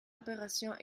aberration